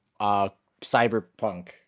Cyberpunk